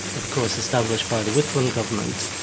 of course established by the whitlam government,